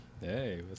Hey